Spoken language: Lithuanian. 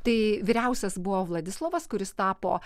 tai vyriausias buvo vladislovas kuris tapo